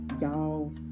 y'all